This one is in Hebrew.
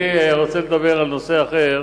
אני רוצה לדבר על נושא אחר.